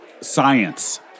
science